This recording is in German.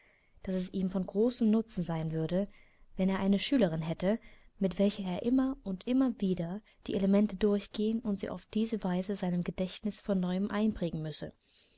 daß es ihm von großem nutzen sein würde wenn er eine schülerin hätte mit welcher er immer und immer wieder die elemente durchgehen und sie auf diese weise seinem gedächtnis von neuem einprägen müsse